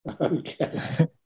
Okay